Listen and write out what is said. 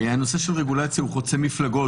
הנושא של רגולציה הוא חוצה מפלגות,